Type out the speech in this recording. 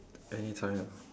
anytime ah